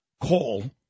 call